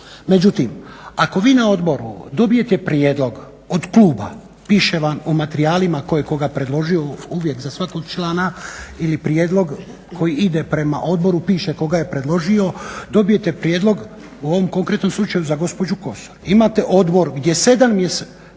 Međutim, ako vi na odboru dobijete prijedlog od kluba, piše vam u materijalima tko je koga predložio, uvijek za svakog člana ili prijedlog koji ide prema odboru, piše tko ga je predložio, dobijete prijedlog u ovom konkretnom slučaju za gospođu Kosor. Imate odbor gdje 7, pa